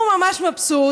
הוא ממש מבסוט.